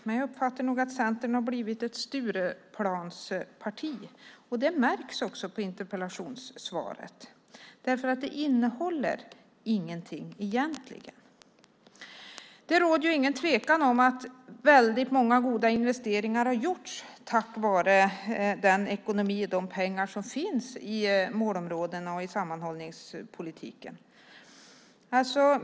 Men nu uppfattar jag nog att Centern har blivit ett Stureplansparti. Det märks också i interpellationssvaret. Egentligen innehåller det ingenting. Det råder ingen tvekan om att väldigt många goda investeringar har gjorts tack vare den ekonomi, de pengar, som finns i målområdena och i sammanhållningspolitiken.